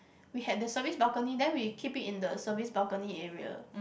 we had the service balcony then we keep it in the service balcony area